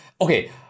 Okay